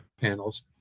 panels